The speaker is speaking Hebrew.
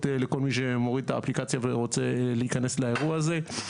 לכל מי שמוריד את האפליקציה ורוצה להיכנס לאירוע הזה,